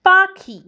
পাখি